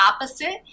opposite